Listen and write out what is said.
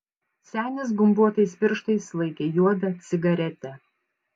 senis gumbuotais pirštais laikė juodą cigaretę